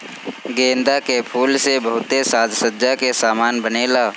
गेंदा के फूल से बहुते साज सज्जा के समान बनेला